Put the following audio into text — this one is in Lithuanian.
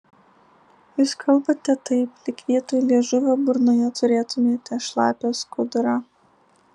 jūs kalbate taip lyg vietoj liežuvio burnoje turėtumėte šlapią skudurą